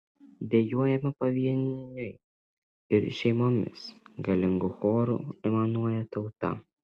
dejuojame pavieniui ir šeimomis galingu choru aimanuoja tauta